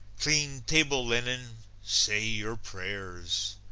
clean table linen, say your prayers!